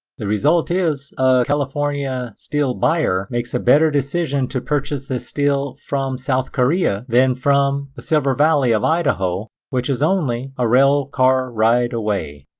the result is, a california steel buyer makes a better decision to purchase his steel from south korea than from the silver valley of idaho, which is only a rail car ride away.